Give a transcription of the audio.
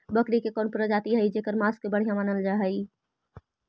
बकरी के कौन प्रजाति हई जेकर मांस के बढ़िया मानल जा हई?